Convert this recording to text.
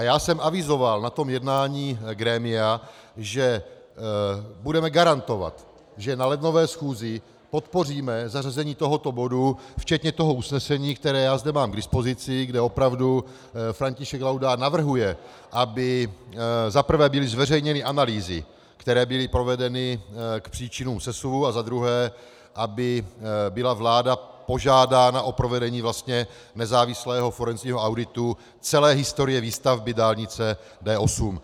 Já jsem avizoval na jednání grémia, že budeme garantovat, že na lednové schůzi podpoříme zařazení tohoto bodu včetně toho usnesení, které zde mám k dispozici, kde opravdu František Laudát navrhuje, aby za prvé byly zveřejněny analýzy, které byly provedeny k příčinám sesuvu, a za druhé, aby byla vláda požádána o provedení nezávislého forenzního auditu celé historie výstavby dálnice D8.